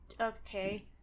okay